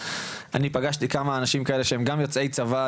אני פגשתי כמה אנשים כאלה שהם גם יוצאי צבאי,